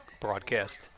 broadcast